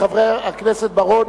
חבר הכנסת בר-און,